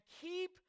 keep